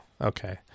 okay